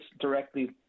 directly